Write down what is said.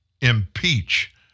impeach